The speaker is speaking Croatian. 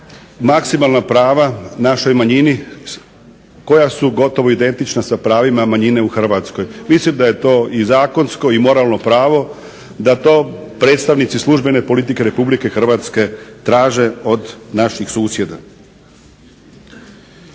maksimalna prava našoj manjini koja su gotovo identična sa pravima manjine u Hrvatskoj. Mislim da je to i zakonsko i moralno pravo da to predstavnici službene politike Republike Hrvatske traže od naših susjeda.